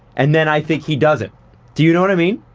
and then i think he doesn't. do you know what i mean?